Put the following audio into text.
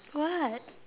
what